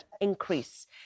increase